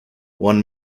one